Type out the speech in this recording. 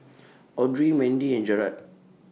Audry Mendy and Jarrad